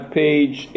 page